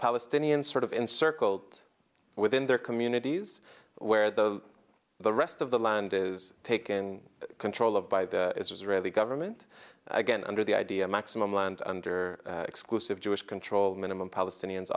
palestinian sort of encircled within their communities where the the rest of the land is taken control of by the israeli government again under the idea maximum land under exclusive jewish control minimum palestinians